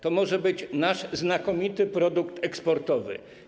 To może być nasz znakomity produkt eksportowy.